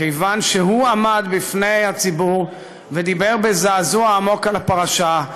כיוון שהוא עמד בפני הציבור ודיבר בזעזוע עמוק על הפרשה,